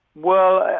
well,